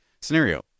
scenario